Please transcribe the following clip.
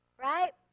right